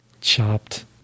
Chopped